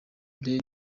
lady